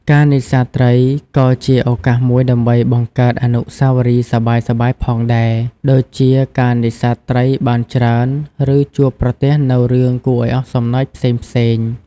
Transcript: ការនេសាទត្រីក៏ជាឱកាសមួយដើម្បីបង្កើតអនុស្សាវរីយ៍សប្បាយៗផងដែរ ដូចជាការនេសាទត្រីបានច្រើនឬជួបប្រទះនូវរឿងគួរឱ្យអស់សំណើចផ្សេងៗ។